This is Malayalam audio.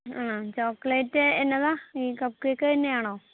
ഹ ചോക്ലേറ്റ് എന്നതാ ഈ കപ്പ്കേക്ക് തന്നെ ആണോ